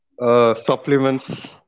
Supplements